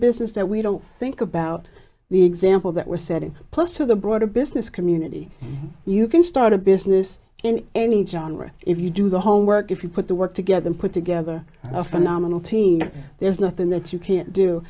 business that we don't think about the example that we're setting plus to the broader business community you can start a business in any john ridd if you do the homework if you put the work together put together a phenomenal team there's nothing that you can't do